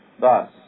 Thus